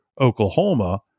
Oklahoma